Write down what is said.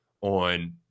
on